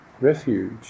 refuge